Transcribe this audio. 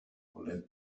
voler